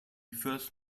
first